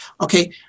Okay